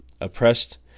oppressed